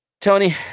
tony